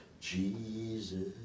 Jesus